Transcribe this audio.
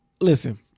Listen